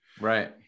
Right